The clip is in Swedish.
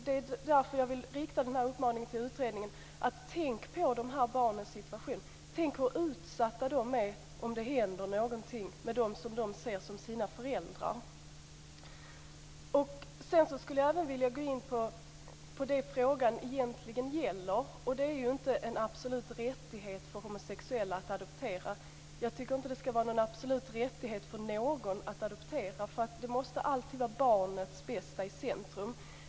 Det är därför jag vill rikta uppmaningen till utredningen: Tänk på de barnens situation. Tänk på hur utsatta de är om det händer någonting med dem som de ser som sina föräldrar. Jag skulle även vilja gå in på det frågan egentligen gäller. Det är inte en absolut rättighet för homosexuella att adoptera. Jag tycker inte att det ska vara en absolut rättighet för någon att adoptera. Det måste alltid vara barnets bästa i centrum.